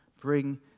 bring